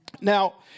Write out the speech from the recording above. Now